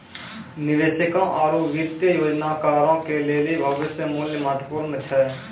निवेशकों आरु वित्तीय योजनाकारो के लेली भविष्य मुल्य महत्वपूर्ण छै